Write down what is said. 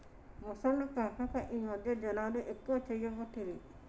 మొసళ్ల పెంపకం ఈ మధ్యన జనాలు ఎక్కువ చేయబట్టిరి